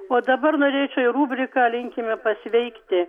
o dabar norėčiau į rubriką linkime pasveikti